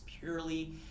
purely